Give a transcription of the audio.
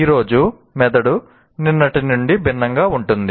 ఈ రోజు మెదడు నిన్నటి నుండి భిన్నంగా ఉంటుంది